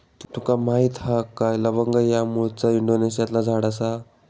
तुका माहीत हा काय लवंग ह्या मूळचा इंडोनेशियातला झाड आसा